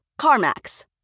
CarMax